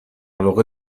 واقع